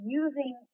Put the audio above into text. using